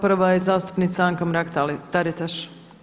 Prva je zastupnica Anka Mrak-Taritaš.